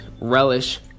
relish